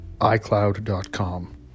iCloud.com